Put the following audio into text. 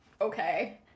okay